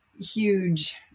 huge